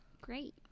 Great